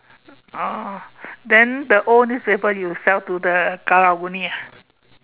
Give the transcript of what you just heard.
oh then the old newspapers you sell to the Karang-Guni ah